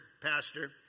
pastor